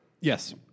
Yes